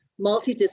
multidisciplinary